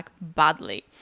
badly